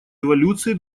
эволюции